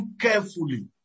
carefully